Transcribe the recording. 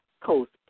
Coast